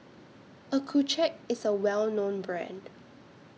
Accucheck IS A Well known Brand